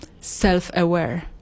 self-aware